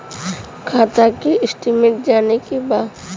खाता के स्टेटमेंट जाने के बा?